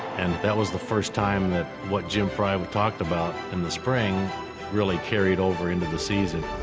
and that was the first time that what jim frey um talked about in the spring really carried over into the season.